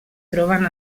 troben